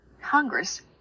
Congress